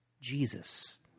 Jesus